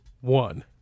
one